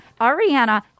Ariana